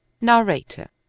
Narrator